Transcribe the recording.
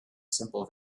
simple